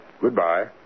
Goodbye